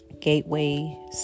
Gateway